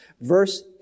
Verse